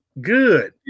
Good